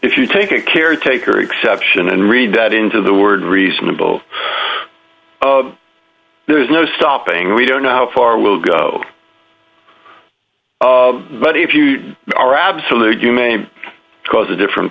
if you take a caretaker exception and read that into the word reasonable there's no stopping we don't know how far will go but if you are absolute you may cause a different